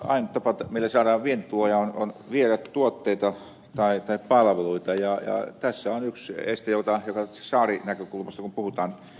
ainut tapa millä saadaan vientituloja on viedä tuotteita tai palveluita ja tässä on yksi este sille tästä saarinäkökulmasta kun puhutaan kuten edellisessäkin puheenvuorossa